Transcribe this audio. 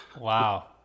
wow